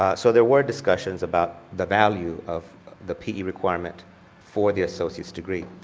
so, there were discussions about the value of the pe requirement for the associate's degree,